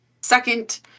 second